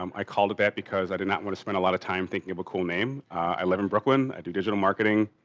um i called it that because i did not want to spend a lot of time thinking of a cool name. i live in brooklyn, i do digital marketing,